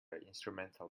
instrumental